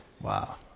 Wow